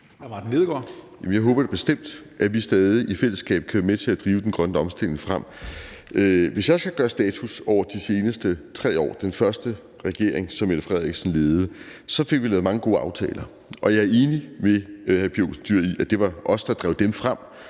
Jeg håber da bestemt, at vi stadig i fællesskab kan være med til at drive den grønne omstilling frem. Hvis jeg skal gøre status over de seneste 3 år og den første regering, som Mette Frederiksen ledede, så fik vi lavet mange gode aftaler, og jeg er enig med Pia Olsen Dyhr i, at det var os, der drev dem frem.